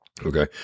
Okay